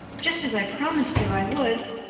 just as i promised you i would.